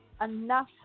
enough